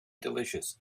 delicious